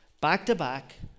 back-to-back